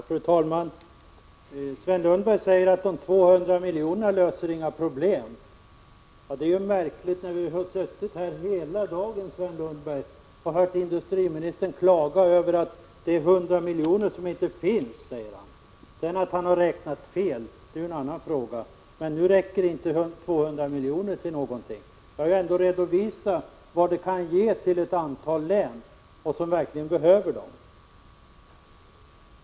Fru talman! Sven Lundberg säger att de 200 miljonerna inte löser några problem. Det är märkligt att höra detta, Sven Lundberg, när vi har suttit här hela dagen och hört industriministern klaga över 100 milj.kr. som enligt honom inte finns. Att han i det fallet har räknat fel är en fråga för sig — nu räcker 200 milj.kr. inte till någonting. Jag har trots allt redovisat vad dessa medel kan ge till ett antal län som verkligen behöver dem.